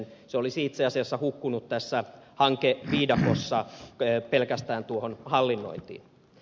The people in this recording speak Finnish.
se olisi itse asiassa hukkunut tässä hankeviidakossa pelkästään hallinnointiin